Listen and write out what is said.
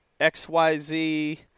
XYZ